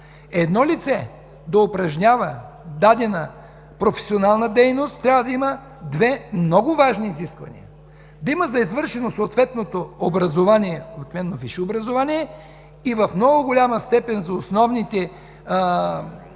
Едно лице да упражнява дадена професионална дейност трябва да има две много важни изисквания – да има завършено съответното висше образование, и в много голяма степен за основните